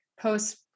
Post